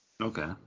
Okay